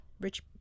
rich